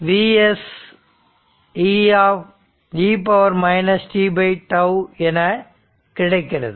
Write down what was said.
Vs e t τ என கிடைக்கிறது